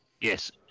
yes